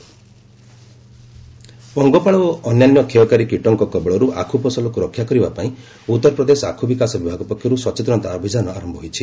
UP locust ପଙ୍ଗପାଳ ଓ ଅନ୍ୟାନ୍ୟ କ୍ଷୟକାରୀ କୀଟଙ୍କ କବଳରୁ ଆଖୁ ଫସଲକୁ ରକ୍ଷା କରିବା ପାଇଁ ଉତ୍ତରପ୍ରଦେଶ ଆଖୁ ବିକାଶ ବିଭାଗ ପକ୍ଷରୁ ସଚେତନତା ଅଭିଯାନ ଆରନ୍ତ ହୋଇଛି